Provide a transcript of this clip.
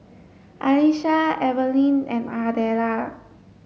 Alecia Evelyne and Ardella